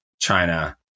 China